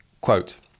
Quote